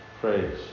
praise